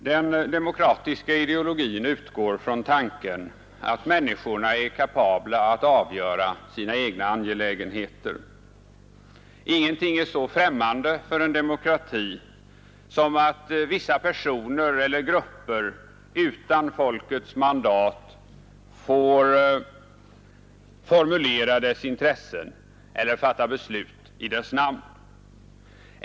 Herr talman! Den demokratiska ideologin utgår från tanken att människorna är kapabla att avgöra sina egna angelägenheter. Ingenting är så främmande för en demokrati som att vissa personer eller grupper utan folkets mandat får formulera dess intressen eller fatta beslut i dess namn.